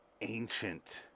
ancient